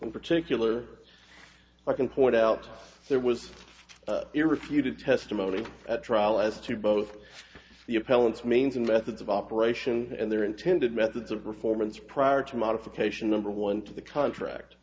in particular i can point out there was a repeated testimony at trial as to both the appellant's means and methods of operation and their intended methods of performance prior to modification number one to the contract